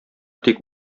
тик